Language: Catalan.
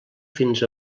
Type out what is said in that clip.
fins